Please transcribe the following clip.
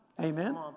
Amen